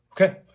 Okay